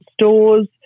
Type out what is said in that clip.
stores